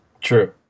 True